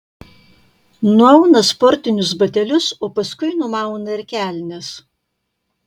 nuauna sportinius batelius o paskui numauna ir kelnes